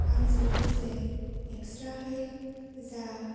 आंजों लोगोसे एक्सट्राहाय जा